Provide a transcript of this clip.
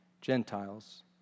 Gentiles